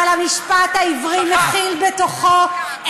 אבל המשפט העברי מכיל בתוכו, שכחת.